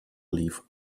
leaf